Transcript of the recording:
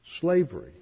slavery